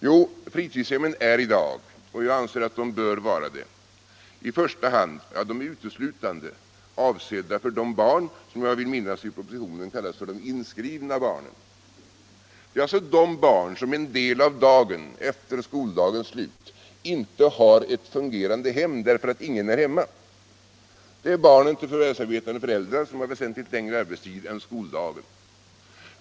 Jo, fritidshemmen är i dag — och jag anser att de bör vara det — uteslutande avsedda för de barn som jag vill minnas i propositionen kallas för ”de inskrivna barnen”. alltså de barn som en del av dagen efter skoldagens slut inte har ett fungerande hem eftersom ingen är hemma. Det är barn till förvärvsarbetande föräldrar. som har väsentligt längre arbetstid än skoldagen.